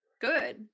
Good